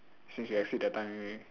since we exceed the time ready